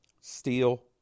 Steel